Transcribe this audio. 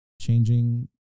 changing